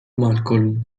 malcolm